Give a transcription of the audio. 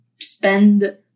spend